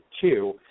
two